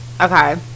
Okay